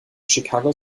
chicago